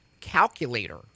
calculator